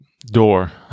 door